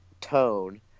tone